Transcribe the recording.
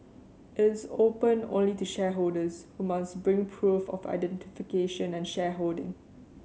it is open only to shareholders who must bring proof of identification and shareholding